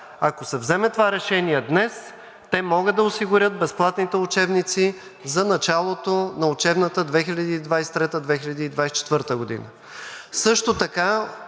ако се вземе това решение днес, те могат да осигурят безплатните учебници за началото на учебната 2023 – 2024 г. Също така,